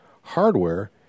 hardware